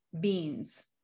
beans